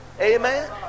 Amen